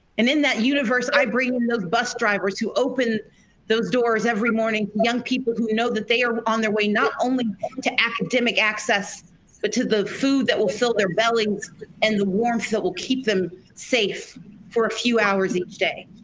and in that universe i bring the bus drivers who open those doors every morning young people who know that they are on their way not only to academic access but to the food that will fill their bellies and the warmth that will keep them safe for a few hours each day.